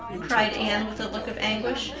cried anne with a look of anguish.